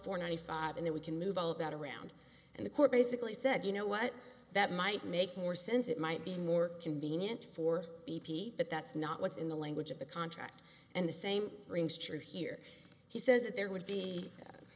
for ninety five and then we can move all of that around and the court basically said you know what that might make more sense it might be more convenient for b p but that's not what's in the language of the contract and the same rings true here he says that there would be